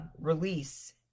Release